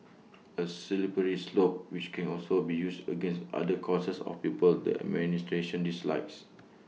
A slippery slope which can also be used against other causes or people the administration dislikes